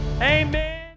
Amen